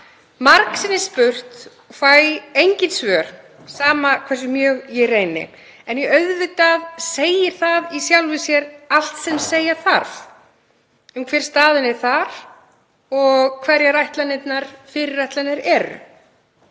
Margsinnis spurt en fæ engin svör, sama hversu mjög ég reyni. Auðvitað segir það í sjálfu sér allt sem segja þarf um hver staðan er þar og hverjar fyrirætlanirnar